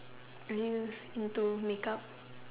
are you into makeup